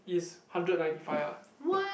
is hundred ninety five ah